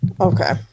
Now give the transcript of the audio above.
Okay